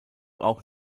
auch